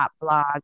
blog